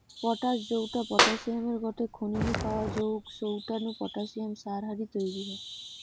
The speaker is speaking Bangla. পটাশ জউটা পটাশিয়ামের গটে খনি নু পাওয়া জউগ সউটা নু পটাশিয়াম সার হারি তইরি হয়